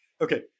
Okay